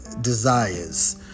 desires